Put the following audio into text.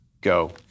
go